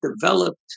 developed